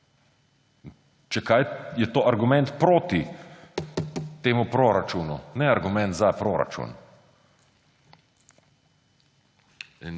Če kaj, je to argument proti temu proračunu, ne argument za proračun.